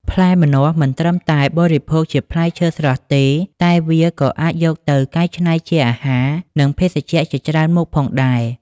ផ្លែម្នាស់មិនត្រឹមតែបរិភោគជាផ្លែឈើស្រស់ទេ តែវាក៏អាចយកទៅកែច្នៃជាអាហារ និងភេសជ្ជៈជាច្រើនមុខផងដែរ។